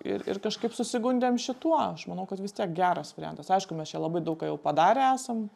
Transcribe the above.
ir ir kažkaip susigundėm šituo aš manau kad vis tiek geras variantas aišku mes čia labai daug ką jau padarę esam